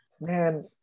man